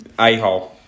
A-hole